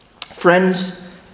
Friends